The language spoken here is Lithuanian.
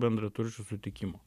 bendraturčių sutikimo